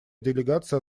делегация